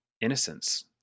innocence